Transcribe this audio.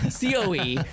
coe